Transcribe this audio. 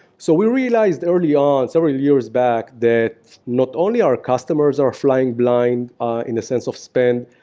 so we realized early on, several years back, that not only our customers are flying blind in the sense of spend,